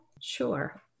Sure